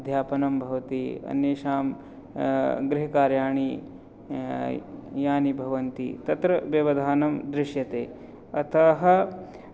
अध्यापनं भवति अन्येषां गृहकार्याणि यानि भवन्ति तत्र व्यवधानं दृश्यते अतः